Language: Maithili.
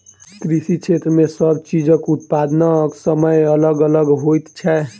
कृषि क्षेत्र मे सब चीजक उत्पादनक समय अलग अलग होइत छै